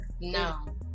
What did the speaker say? No